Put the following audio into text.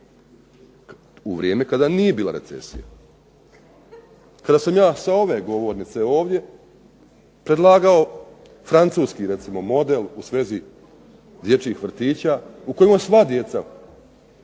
u vrijeme kada nije bila recesija, kada sam ja sa ove govornice ovdje predlagao francuski recimo model u svezi dječjih vrtića u kojima sva djeca